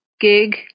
gig